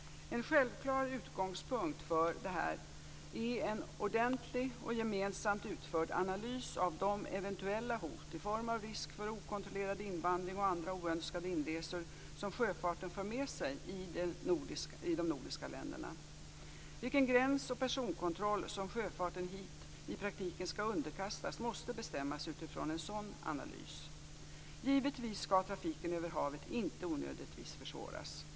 En självklar utgångspunkt för detta är en ordentlig och gemensamt utförd analys av de eventuella hot i form av risk för okontrollerad invandring och andra oönskade inresor som sjöfarten för med sig i de nordiska länderna. Vilken gräns och personkontroll som sjöfarten hit i praktiken skall underkastas måste bestämmas utifrån en sådan analys. Givetvis skall trafiken över havet inte onödigtvis försvåras.